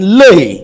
lay